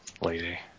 lady